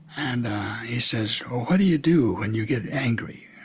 and he says, well, what do you do when you get angry?